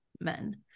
men